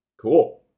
Cool